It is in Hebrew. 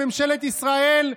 בממשלת ישראל,